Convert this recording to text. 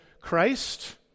Christ